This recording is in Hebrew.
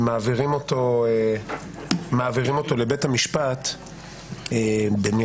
ומעבירים אותו לבית המשפט במרמה.